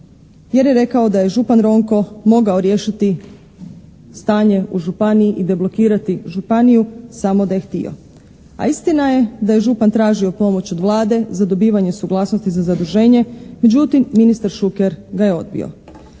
jer je rekao da je župan Ronko mogao riješiti stanje u županiji i deblokirati županiju samo da je htio. A istina je da je župan tražio pomoć od Vlade za dobivanje suglasnosti za zaduženje, međutim ministar Šuker ga je odbio.